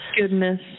goodness